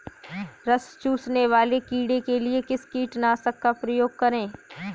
रस चूसने वाले कीड़े के लिए किस कीटनाशक का प्रयोग करें?